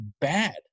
bad